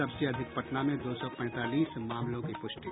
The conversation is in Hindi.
सबसे अधिक पटना में दो सौ पैंतालीस मामलों की प्रष्टि